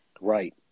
Right